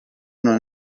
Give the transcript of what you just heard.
non